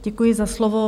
Děkuji za slovo.